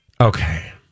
Okay